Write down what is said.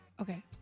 Okay